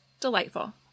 delightful